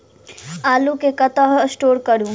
आलु केँ कतह स्टोर करू?